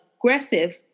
aggressive